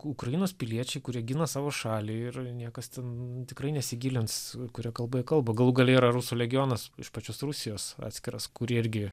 ukrainos piliečiai kurie gina savo šalį ir niekas ten tikrai nesigilins kuria kalba jie kalba galų gale yra rusų legionas iš pačios rusijos atskiras kurie irgi